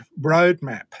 roadmap